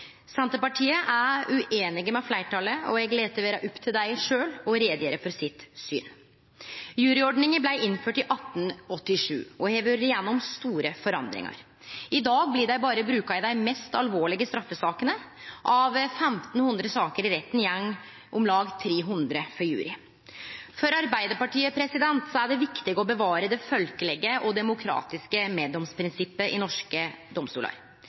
Senterpartiet er ueinige med fleirtalet, og eg lèt det vere opp til dei sjølve å gjere greie for synet sitt. Juryordninga blei innført i 1887 og har vore gjennom store endringar. I dag blir ho berre brukt i dei mest alvorlege straffesakene. Av 1 500 saker i retten går om lag 300 for jury. For Arbeidarpartiet er det viktig å bevare det folkelege og demokratiske meddomsprinsippet i norske domstolar.